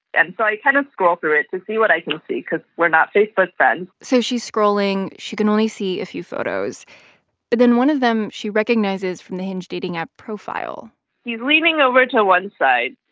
and so i kind of scroll through it to see what i can see cause we're not facebook friends so she's scrolling. she can only see a few photos. but then one of them she recognizes from the hinge dating app profile he's leaning over to one side,